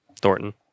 Thornton